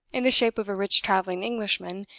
in the shape of a rich traveling englishman,